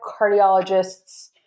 cardiologists